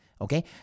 Okay